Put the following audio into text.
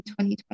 2020